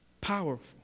Powerful